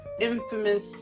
infamous